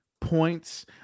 points